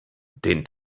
den